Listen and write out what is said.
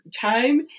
Time